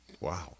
Wow